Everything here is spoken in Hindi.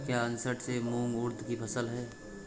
क्या असड़ में मूंग उर्द कि फसल है?